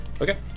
Okay